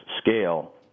scale